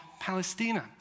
Palestina